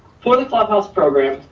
forty clubhouse program,